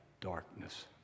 darkness